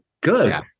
good